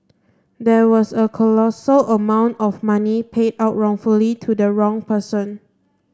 there was a colossal amount of money paid out wrongfully to the wrong person